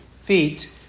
feet